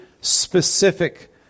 specific